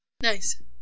Nice